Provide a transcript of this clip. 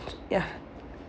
ya